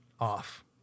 off